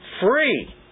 free